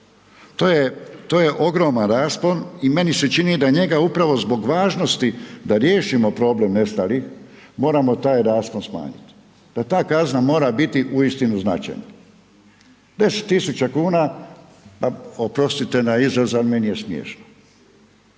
To je ogroman raspon i meni se čini da njega upravo zbog važnosti da riješimo problem nestalih, moramo taj raspon smanjiti, da ta kazna mora biti uistinu značajna. 10000 kn, oprostite na izrazu, ali meni je smiješno.